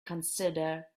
consider